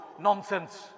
nonsense